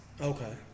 Okay